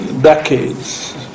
decades